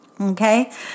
Okay